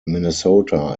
minnesota